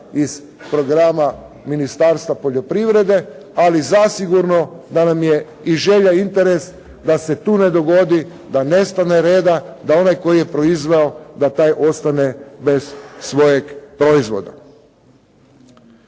iz programa Ministarstva poljoprivrede, ali zasigurno da nam je i želja i interes da se tu ne dogodi da nestane reda, da onaj koji je proizveo da taj ostane bez svojeg proizvoda.